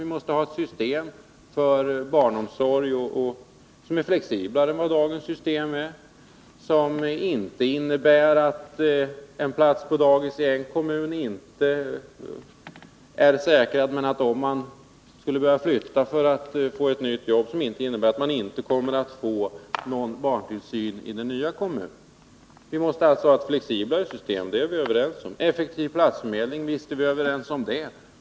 Där måste vi ha ett system som är flexiblare än dagens system och som inte innebär att en plats på dagis i en kommun är säkrad, men att man, om man skulle behöva flytta för att få ett nytt jobb, inte kan få barntillsyn i den nya kommunen. Vi måste alltså ha ett flexiblare system — det är vi överens om. Vi är också överens om att vi måste få en effektivare platsförmedling.